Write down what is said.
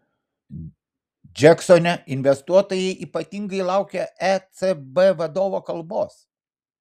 džeksone investuotojai ypatingai laukė ecb vadovo kalbos